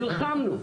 נלחמנו,